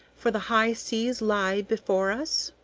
for the high seas lie before us?